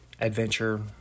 adventure